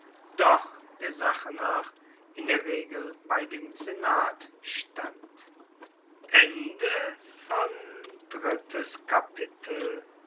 doch der sache nach in der regel bei dem senat stand